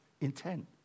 intent